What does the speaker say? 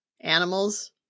Animals